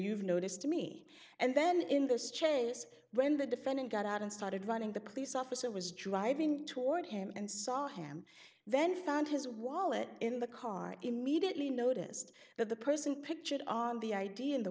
noticed me and then in this chase when the defendant got out and started running the police officer was driving toward him and saw him then found his wallet in the car immediately noticed that the person pictured on the idea in the